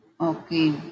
Okay